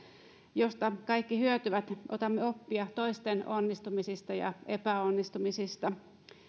josta kaikki hyötyvät ottaa oppia toisten onnistumisista ja epäonnistumisista